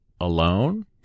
alone